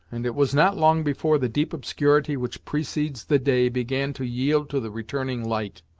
and it was not long before the deep obscurity which precedes the day began to yield to the returning light.